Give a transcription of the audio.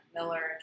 Miller